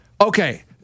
okay